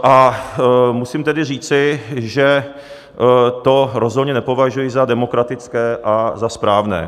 A musím tedy říci, že to rozhodně nepovažuji za demokratické a za správné.